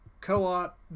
co-op